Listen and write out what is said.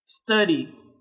Study